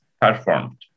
performed